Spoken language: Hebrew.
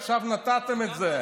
עכשיו נתתם את זה.